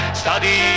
study